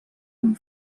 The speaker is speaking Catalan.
amb